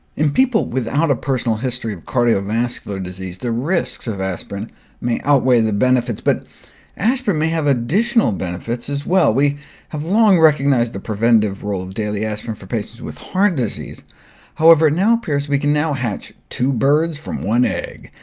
in people without a personal history of cardiovascular disease, the risks of aspirin may outweigh the benefits, but aspirin may have additional benefits as well. we have long recognized the preventative role of daily aspirin for patients with heart disease however, it now appears we can now hatch two birds from one egg.